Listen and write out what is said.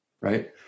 right